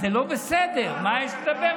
למה,